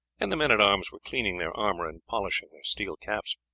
and the men-at-arms were cleaning their armour and polishing their steel caps.